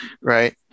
right